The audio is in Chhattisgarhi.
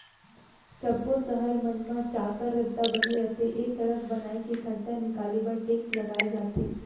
सब्बो सहर मन म चाक्कर रद्दा बने रथे ए सड़क बनाए के खरचा निकाले बर टेक्स लगाए जाथे